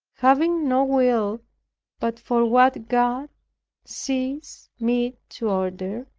having no will but for what god sees meet to order,